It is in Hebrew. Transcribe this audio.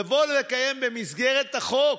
לבוא לקיים במסגרת החוק,